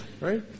right